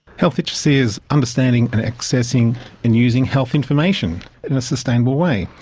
health literacy is understanding and accessing and using health information in a sustainable way.